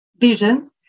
visions